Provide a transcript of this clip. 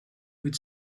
would